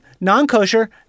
non-kosher